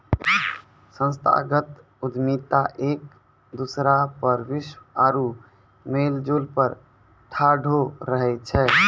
संस्थागत उद्यमिता एक दोसरा पर विश्वास आरु मेलजोल पर ठाढ़ो रहै छै